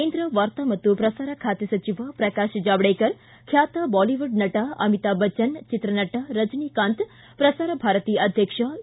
ಕೇಂದ್ರ ವಾರ್ತಾ ಮತ್ತು ಪ್ರಸಾರ ಖಾತೆ ಸಚಿವ ಪ್ರಕಾಶ್ ಜಾವಡೇಕರ್ ಖ್ಲಾತ ಬಾಲಿವುಡ್ ನಟ ಅಮಿತಾಬ್ ಬಚ್ಲನ್ ಚಿತ್ರನಟ ರಜನಿಕಾಂತ ಪ್ರಸಾರ ಭಾರತಿ ಅಧ್ಯಕ್ಷ ಎ